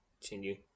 Continue